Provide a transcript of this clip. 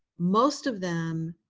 most of them